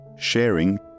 Sharing